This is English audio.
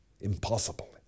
Impossible